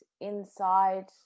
inside